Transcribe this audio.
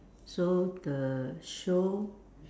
so the show